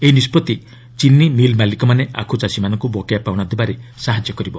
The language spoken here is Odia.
ଏହି ନିଷ୍ପଭି ଚିନି ମିଲ୍ ମାଲିକମାନେ ଆଖ୍ରଚାଷୀମାନଙ୍କ ବକେୟା ପାଉଣା ଦେବାରେ ସାହାଯ୍ୟ କରିବ